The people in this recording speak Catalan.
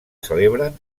celebren